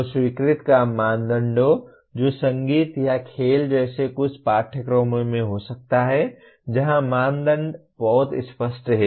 तो स्वीकृति का मानदंड जो संगीत या खेल जैसे कुछ पाठ्यक्रमों में हो सकता है जहां मानदंड बहुत स्पष्ट हैं